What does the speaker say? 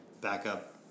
Backup